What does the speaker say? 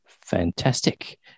Fantastic